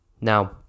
Now